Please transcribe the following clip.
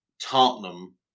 Tottenham